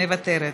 מוותרת,